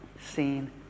seen